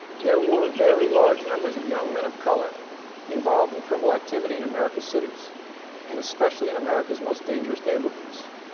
there were very large numbers of young men of color involved in criminal activity in american cities and especially, in america's most dangerous neighborhoods.